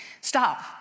Stop